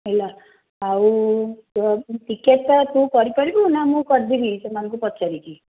ହେଲା ଆଉ ଟିକେଟ୍ଟା ତୁ କରିପାରିବୁ ନା ମୁଁ କରିଦେବି ସେମାନଙ୍କୁ ପଚାରିକି